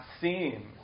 seen